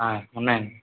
ఉన్నాయండి